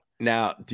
Now